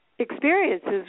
experiences